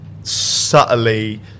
subtly